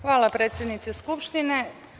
Hvala predsednice Skupštine.